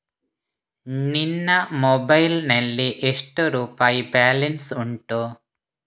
ನಿನ್ನ ಮೊಬೈಲ್ ನಲ್ಲಿ ಎಷ್ಟು ರುಪಾಯಿ ಬ್ಯಾಲೆನ್ಸ್ ಉಂಟು?